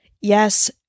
Yes